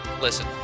listen